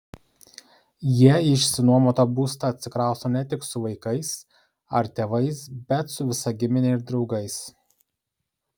jie į išsinuomotą būstą atsikrausto ne tik su vaikais ar tėvais bet su visa gimine ir draugais